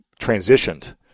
transitioned